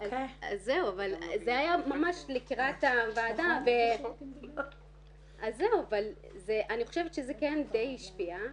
זה היה לקראת הוועדה ו אני חושבת שזה כן די השפיע.